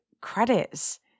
credits